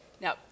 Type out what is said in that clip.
Now